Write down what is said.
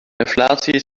inflatie